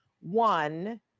one